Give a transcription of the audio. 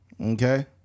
Okay